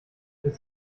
ist